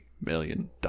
million